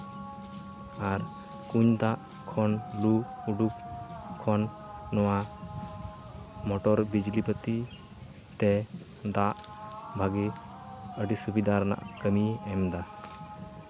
ᱟᱨ ᱠᱩᱧ ᱫᱟᱜ ᱠᱷᱚᱱ ᱞᱩ ᱩᱰᱩᱠ ᱠᱷᱚᱱ ᱱᱚᱣᱟ ᱢᱚᱴᱚᱨ ᱵᱤᱡᱽᱞᱤ ᱵᱟᱹᱛᱤ ᱛᱮ ᱫᱟᱜ ᱵᱷᱟᱹᱜᱤ ᱟᱹᱰᱤ ᱥᱩᱵᱤᱫᱟ ᱨᱮᱱᱟᱜ ᱠᱟᱹᱢᱤᱭ ᱮᱢᱫᱟ